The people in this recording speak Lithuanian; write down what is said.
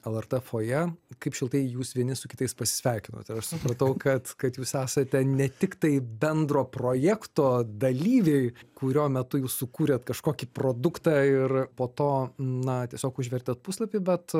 lrt fojė kaip šiltai jūs vieni su kitais pasisveikinot ir aš supratau kad kad jūs esate ne tiktai bendro projekto dalyviai kurio metu jūs sukūrėt kažkokį produktą ir po to na tiesiog užvertėt puslapį bet